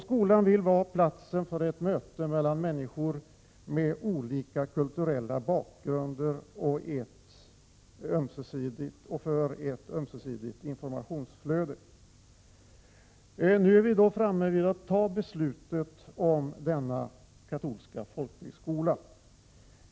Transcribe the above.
Skolan vill vara platsen för ett möte mellan människor med olika kulturella bakgrunder och för ett ömsesidigt informationsflöde. Nu är vi alltså framme vid att fatta beslutet om denna katolska folkhögskola.